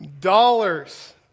dollars